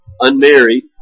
unmarried